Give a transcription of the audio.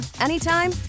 anytime